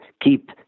keep